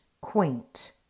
quaint